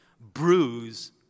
bruise